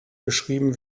beschrieben